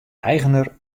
eigener